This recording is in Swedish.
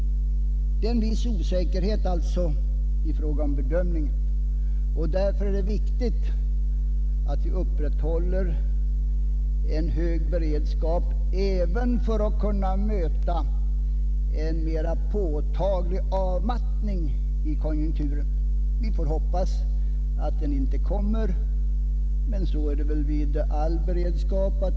Det råder sålunda en viss osäkerhet i bedömningen. Och därför är det viktigt att vi upprätthåller en hög beredskap även för att kunna möta en mera påtaglig avmattning i konjunkturen. Vi får hoppas att någon sådan avmattning inte kommer, men så är det med all beredskap.